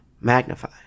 magnify